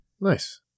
Nice